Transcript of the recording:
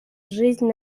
жизнь